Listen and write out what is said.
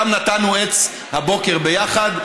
נטענו עץ הבוקר ביחד,